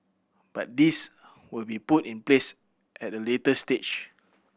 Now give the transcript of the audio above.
but these will be put in place at a later stage